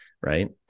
right